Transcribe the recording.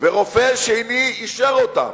ורופא שני אישר אותן,